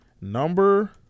Number